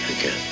Again